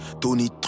Tony